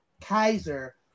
Kaiser